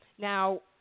Now